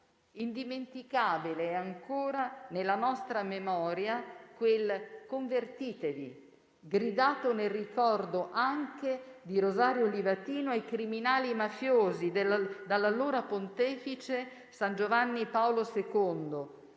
Indimenticabile è ancora nella nostra memoria quel «Convertitevi!», gridato nel ricordo anche di Rosario Livatino ai criminali mafiosi dall'allora pontefice San Giovanni Paolo II,